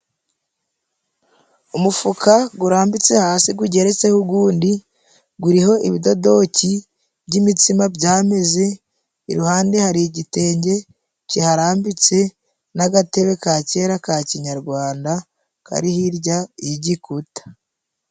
Umufuka gurambitse hasi gugeretseho ugundi guriho ibidodoki by'imitsima byameze, iruhande hari igitenge kiharambitse n'agatebe kakera ka kinyarwanda kari hirya y'igikuta.